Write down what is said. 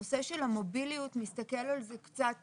הנושא של המוביליות מסתכל על זה קצת